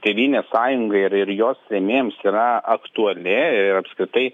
tėvynės sąjungai ir ir jos rėmėjams yra aktuali ir apskritai